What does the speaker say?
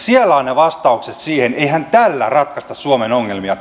siellä ovat ne vastaukset siihen eihän tällä yhdellä keinolla ratkaista suomen ongelmia